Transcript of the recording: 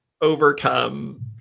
overcome